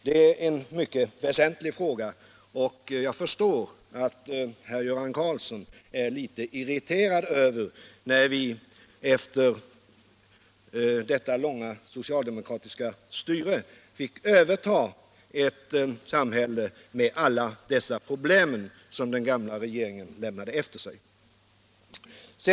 Det är en mycket väsentlig fråga, och jag förstår att herr Göran Karlsson är litet irriterad över att vi efter detta långa socialdemokratiska styre har fått överta ett samhälle med alla dessa problem, som den gamla regeringen lämnat efter sig.